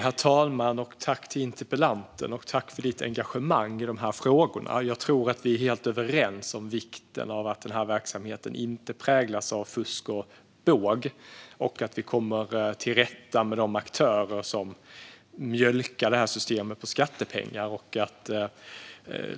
Herr talman! Tack till interpellanten och för hennes engagemang i frågorna! Jag tror att vi är helt överens om vikten av att verksamheten inte präglas av fusk och båg och att vi kommer till rätta med de aktörer som mjölkar systemet på skattepengar.